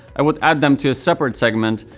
i would add them to a separate segment.